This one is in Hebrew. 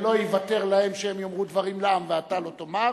ולא יוותר להם שהם יאמרו דברים לעם ואתה לא תאמר.